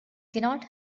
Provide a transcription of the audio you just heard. cannot